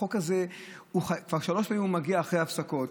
החוק הזה, כבר שלוש פעמים מגיע אחרי הפסקות.